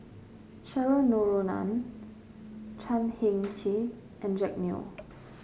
Cheryl Noronha Chan Heng Chee and Jack Neo